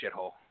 Shithole